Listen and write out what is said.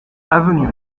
avenue